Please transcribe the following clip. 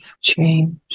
change